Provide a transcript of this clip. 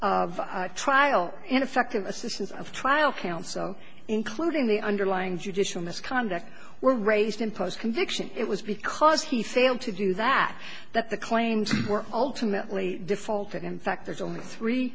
of trial ineffective assistance of trial counsel including the underlying judicial misconduct were raised in post conviction it was because he failed to do that that the claims were ultimately that in fact there's only three